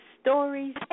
stories